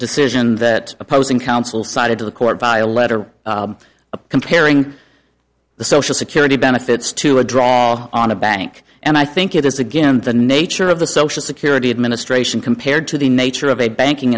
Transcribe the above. decision that opposing counsel cited to the court by a letter comparing the social security benefits to a draw on a bank and i think it is again the nature of the social security administration compared to the nature of a banking